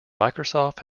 microsoft